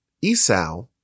Esau